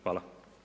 Hvala.